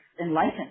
enlightened